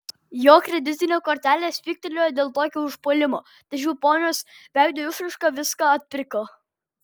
jo kreditinė kortelė spygtelėjo dėl tokio užpuolimo tačiau ponios veido išraiška viską atpirko